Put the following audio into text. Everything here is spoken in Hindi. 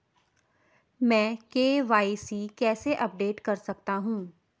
मैं के.वाई.सी कैसे अपडेट कर सकता हूं?